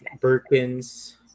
Birkins